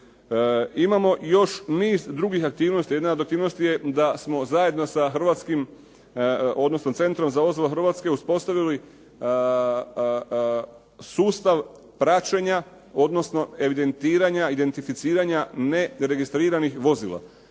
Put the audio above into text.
Imamo još niz drugih aktivnosti. Jedna od aktivnosti je da smo zajedno sa Centrom za vozila Hrvatske uspostavili sustav praćenja, odnosno evidentiranja, identificiranja neregistriranih vozila.